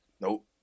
Nope